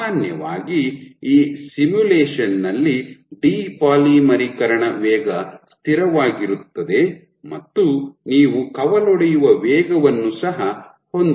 ಸಾಮಾನ್ಯವಾಗಿ ಈ ಸಿಮ್ಯುಲೇಶನ್ ನಲ್ಲಿ ಡಿಪಾಲಿಮರೀಕರಣ ವೇಗ ಸ್ಥಿರವಾಗಿರುತ್ತದೆ ಮತ್ತು ನೀವು ಕವಲೊಡೆಯುವ ವೇಗವನ್ನೂ ಸಹ ಹೊಂದಬಹುದು